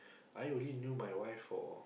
I only knew my wife for